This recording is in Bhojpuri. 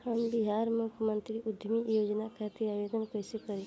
हम बिहार मुख्यमंत्री उद्यमी योजना खातिर आवेदन कईसे करी?